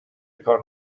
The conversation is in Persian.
کار